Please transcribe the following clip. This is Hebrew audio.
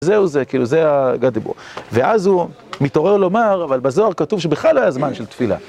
זהו זה, כאילו זה הגעתי בו, ואז הוא מתעורר לומר, אבל בזוהר כתוב שבכלל לא היה זמן של תפילה.